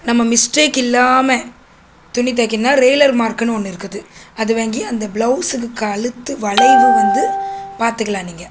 நம்ம மிஸ்டேக் இல்லாமல் துணி தைக்கணுன்னா ரெயிலர் மார்க்குன்னு ஒன்று இருக்குது அது வாங்கி அந்த ப்ளவுஸ்ஸுக்கு கழுத்து வளைவு வந்து பார்த்துக்கலாம் நீங்கள்